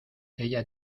ella